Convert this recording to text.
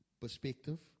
perspective